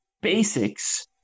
basics